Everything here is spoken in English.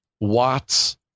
watts